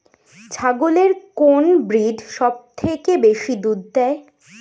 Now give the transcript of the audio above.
ছাগলের কোন ব্রিড সবথেকে বেশি দুধ দেয়?